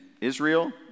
Israel